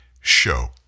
show